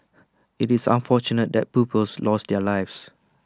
IT is unfortunate that pupils lost their lives